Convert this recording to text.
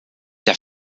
der